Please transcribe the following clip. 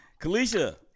kalisha